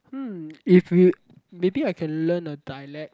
hmm if you maybe I can learn a dialect